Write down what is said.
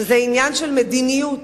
שזה עניין של מדיניות.